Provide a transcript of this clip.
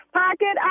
pocket